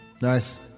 Nice